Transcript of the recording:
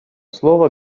слово